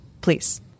Please